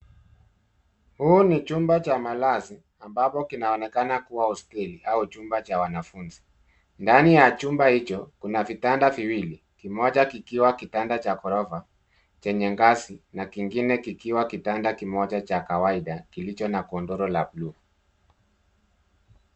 Huu ni chumba cha malazi ambapo kinaonekana kuwa hosteli au chumba cha wanafunzi. Ndani ya chumba hicho, kuna vitanda viwili, kimoja kikiwa kitanda cha ghorofa chenye ngazi, na kingine kikiwa kitanda kimoja cha kawaida kilicho na godoro ya buluu.